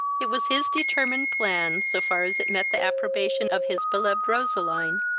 it was his determined plan, so far as it met the approbation of his beloved roseline,